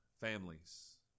families